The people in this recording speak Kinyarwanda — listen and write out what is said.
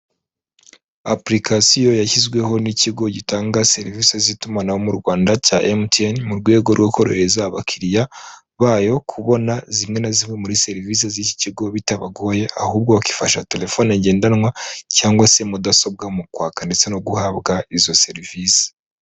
Apurikasiyo yashyizweho n'ikigo gitanga serivisi z'itumanaho mu Rwanda cya MTN mu rwego rwo korohereza abakiriya bayo kubona zimwe na zimwe muri serivisi z'iki kigo bitabagoye, ahubwo bakifasha telefone ngendanwa cyangwa se mudasobwa mu kwaka ndetse no guhabwa izo serivisi.